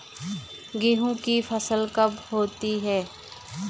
गेहूँ की फसल कब होती है?